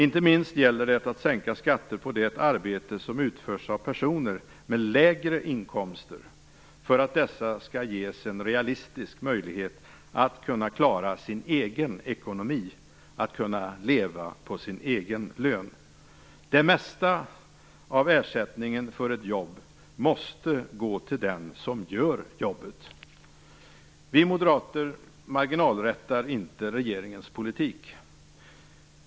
Det gäller inte minst att sänka skatter på det arbete som utförs av personer med lägre inkomster för att dessa skall ges en realistisk möjlighet att kunna klara sin egen ekonomi och kunna leva på sin egen lön. Det mesta av ersättningen för ett jobb måste gå till den som gör jobbet. Vi moderater marginalrättar inte regeringens politik.